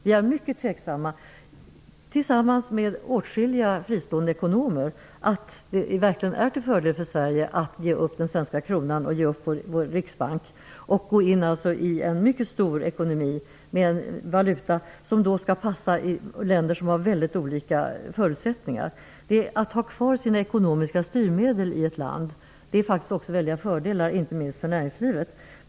Vi är mycket tveksamma, liksom åtskilliga fristående ekonomer, till om det verkligen är till fördel för Sverige att ge upp den svenska kronan och den svenska riksbanken och gå in i en mycket stor ekonomi med en valuta som skall passa länder med mycket olika förutsättningar. Att ett land har kvar sina ekonomiska styrmedel medför stora fördelar, inte minst för näringslivet.